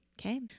okay